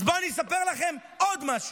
אז בואו אני אספר לכם עוד משהו: